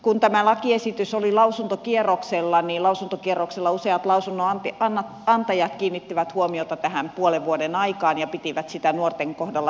kun tämä lakiesitys oli lausuntokierroksella niin lausuntokierroksella useat lausunnon antajat kiinnittivät huomiota tähän puolen vuoden aikaan ja pitivät sitä nuorten kohdalla pitkänä